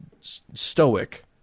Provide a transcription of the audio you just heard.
stoic